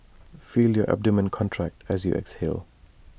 feel your abdomen contract as you exhale